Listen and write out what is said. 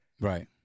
Right